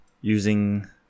using